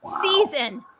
season